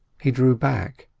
he drew back,